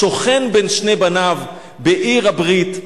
שוכן בין שני בניו בעיר הברית,